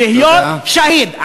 להיות שהיד,